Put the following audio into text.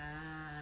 ah